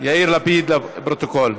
יאיר לפיד לפרוטוקול.